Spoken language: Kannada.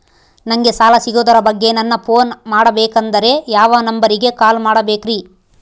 ನಂಗೆ ಸಾಲ ಸಿಗೋದರ ಬಗ್ಗೆ ನನ್ನ ಪೋನ್ ಮಾಡಬೇಕಂದರೆ ಯಾವ ನಂಬರಿಗೆ ಕಾಲ್ ಮಾಡಬೇಕ್ರಿ?